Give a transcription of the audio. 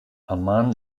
amman